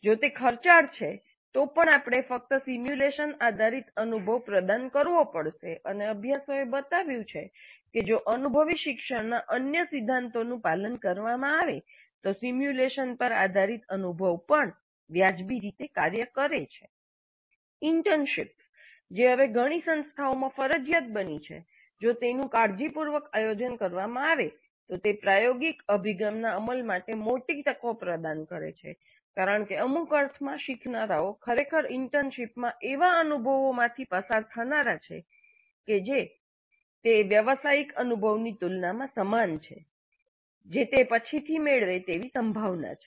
જો તે ખર્ચાળ છે તો પણ આપણે ફક્ત સિમ્યુલેશન આધારિત અનુભવ પ્રદાન કરવો પડશે અને અભ્યાસોએ બતાવ્યું છે કે જો અનુભવી શિક્ષણના અન્ય સિદ્ધાંતોનું પાલન કરવામાં આવે તો સિમ્યુલેશન પર આધારિત અનુભવ પણ વ્યાજબી રીતે કાર્ય કરે છે ઇન્ટર્નશીપ્સ કે જે હવે ઘણી સંસ્થાઓમાં ફરજિયાત બની છે જો તેનું કાળજીપૂર્વક આયોજન કરવામાં આવે તો તે પ્રાયોગિક અભિગમના અમલ માટે મોટી તકો પ્રદાન કરે છે કારણ કે અમુક અર્થમાં શીખનારાઓ ખરેખર ઇન્ટર્નશિપમાં એવા અનુભવોમાંથી પસાર થનારા છે જે એ વ્યાવસાયિક અનુભવની તુલનામાં સમાન છે જે તેઓ પછીથી મેળવે તેવી સંભાવના છે